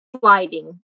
sliding